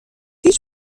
هیچ